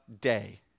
day